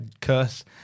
curse